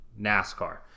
NASCAR